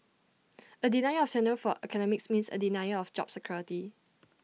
A denial of tenure for academics means A denial of job security